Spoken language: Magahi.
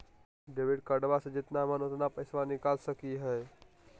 डेबिट कार्डबा से जितना मन उतना पेसबा निकाल सकी हय?